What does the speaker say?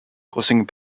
causing